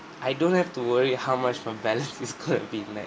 I don't have to worry how much my balance is currently next